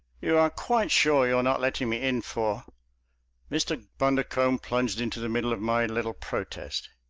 you are quite sure you're not letting me in for mr. bundercombe plunged into the middle of my little protest.